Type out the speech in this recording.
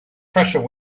pressure